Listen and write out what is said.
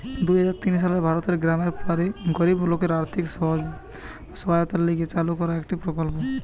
দুই হাজার তিন সালে ভারতের গ্রামের গরিব লোকদের আর্থিক সহায়তার লিগে চালু কইরা একটো প্রকল্প